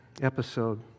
episode